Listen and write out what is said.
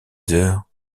heures